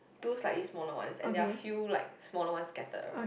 two slightly smaller ones and there are few like smaller ones scattered around